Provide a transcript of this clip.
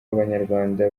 abanyarwanda